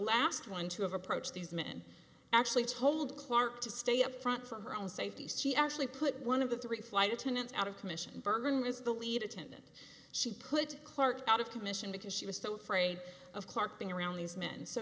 last one to have approached these men actually told clark to stay up front for her own safety she actually put one of the three flight attendants out of commission bergen is the lead attendant she put clark out of commission because she was so afraid of clark being around these men so